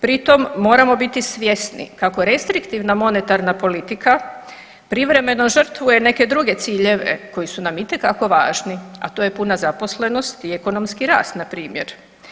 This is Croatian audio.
Pri tom moramo biti svjesni kako restriktivna monetarna politika privremeno žrtvuje neke druge ciljeve koji su nam itekako važni, a to je puna zaposlenost i ekonomski rast npr.